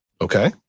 Okay